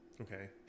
okay